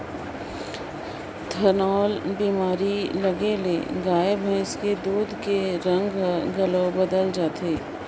थनैल बेमारी लगे ले गाय भइसी के दूद के रंग हर घलो बदेल जाथे